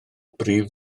brif